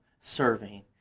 serving